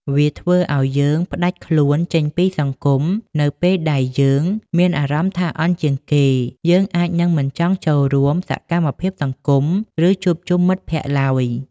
វាធ្វើឲ្យយើងផ្តាច់ខ្លួនចេញពីសង្គម នៅពេលដែលយើងមានអារម្មណ៍ថាអន់ជាងគេ យើងអាចនឹងមិនចង់ចូលរួមសកម្មភាពសង្គម ឬជួបជុំមិត្តភក្តិឡើយ។